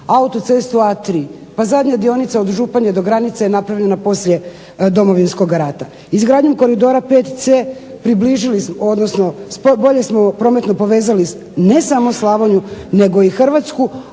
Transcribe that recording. autocestu A3. Pa zadnja dionica od Županje do granice je napravljena poslije Domovinskoga rata. Izgradnju koridora VC približili smo, odnosno bolje smo prometno povezali ne samo Slavoniju, nego i Hrvatsku,